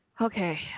okay